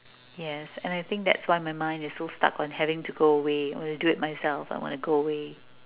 yes and I think that's why my mind is so stuck on having to go away I want to do it myself I want to go away